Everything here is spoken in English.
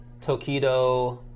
Tokido